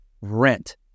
Rent